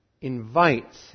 invites